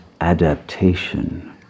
adaptation